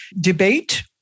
debate